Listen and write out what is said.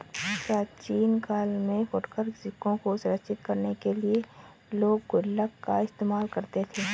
प्राचीन काल में फुटकर सिक्कों को सुरक्षित करने के लिए लोग गुल्लक का इस्तेमाल करते थे